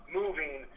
moving